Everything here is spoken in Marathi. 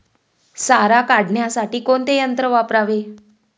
सारा काढण्यासाठी कोणते यंत्र वापरावे?